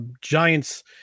Giants